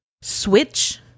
Switch